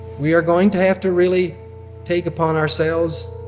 we are going to have to really take upon ourselves